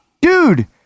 Dude